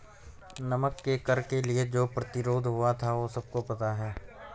नमक के कर के लिए जो प्रतिरोध हुआ था वो सबको पता है